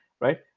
right